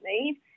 need